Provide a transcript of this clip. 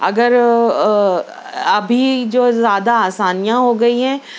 اگر ابھی جو زیادہ آسانیاں ہوگئی ہیں